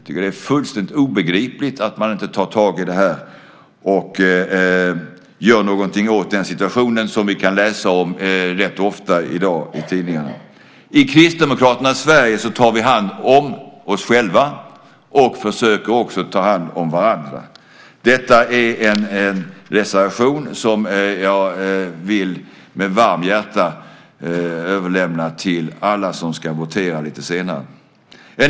Det är fullständigt obegripligt att man inte tar tag i det här och gör någonting åt den situation som vi kan läsa om rätt ofta i dag i tidningarna. I Kristdemokraternas Sverige tar vi hand om oss själva och försöker också ta hand om varandra. Detta är en reservation som jag med varmt hjärta vill överlämna till alla som ska votera lite senare. Herr talman!